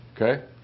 Okay